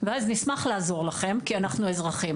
ואז נשמח לעזור לכם כי אנחנו אזרחים,